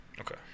Okay